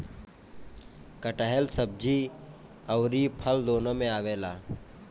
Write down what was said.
कटहल सब्जी अउरी फल दूनो में आवेला